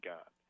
God